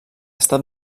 estat